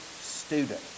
student